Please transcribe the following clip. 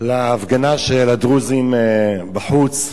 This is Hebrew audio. להפגנה של הדרוזים בחוץ.